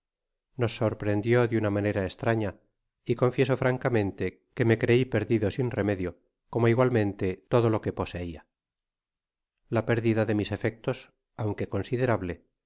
nos sorprendió de una manera estraña y confieso francamente que me crei perdido sin remedio como igualmente todo lo que pos eia la pérdida de mis efectos aunque considerable